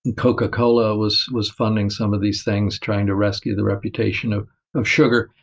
coca-cola was was funding some of these things trying to rescue the reputation of of sugar.